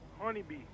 Honeybee